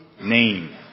Name